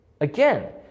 Again